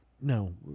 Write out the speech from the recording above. no